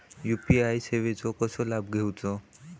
UPI सेवाचो कसो लाभ घेवचो?